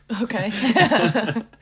okay